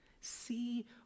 See